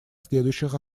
следующих